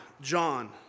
John